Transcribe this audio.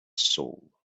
soul